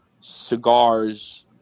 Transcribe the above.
cigars